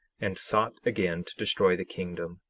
and sought again to destroy the kingdom.